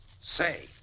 Say